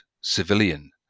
civilian